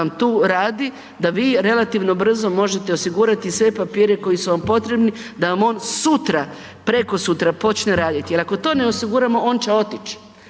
vam tu radi, da vi relativno brzo možete osigurati sve papire koji su vam potrebni da vam on sutra, prekosutra počne raditi jer ako to ne osiguramo on će otići.